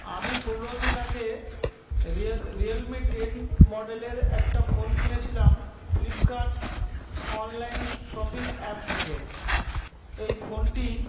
আমি পনের দিন আগে রিয়েল রিয়েল মি টেন মডেলের একটা ফোন কিনেছিলাম ফ্লিপকার্ট অনলাইন শপিং অ্যাপ থেকে এই ফোন টি